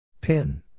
Pin